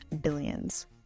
Billions